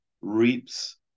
reaps